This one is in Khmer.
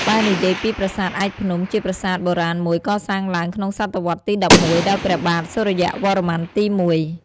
បើនិយាយពីប្រាសាទឯកភ្នំជាប្រាសាទបុរាណមួយកសាងឡើងក្នុងសតវត្សរ៍ទី ១១ ដោយព្រះបាទសូរ្យវរ្ម័នទី ១។